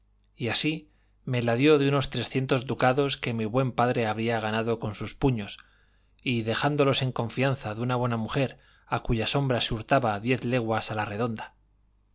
y así me la dio de unos trescientos ducados que mi buen padre había ganado por sus puños y dejádolos en confianza de una buena mujer a cuya sombra se hurtaba diez leguas a la redonda